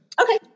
Okay